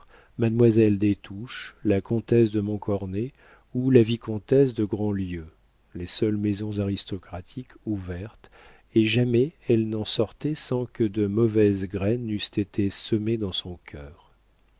mademoiselle des touches la comtesse de montcornet ou la vicomtesse de grandlieu les seules maisons aristocratiques ouvertes et jamais elle n'en sortait sans que de mauvaises graines eussent été semées dans son cœur